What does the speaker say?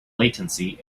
latency